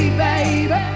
baby